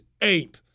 ape